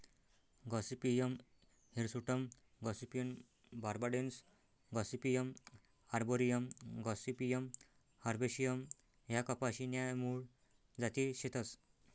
Gossypium hirsutum gossypium barbadense gossypium arboreum gossypium herbaceum ह्या कपाशी न्या मूळ जाती शेतस